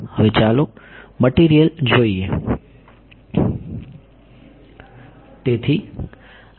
હવે ચાલો મટિરિયલ જોઈએ